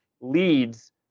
leads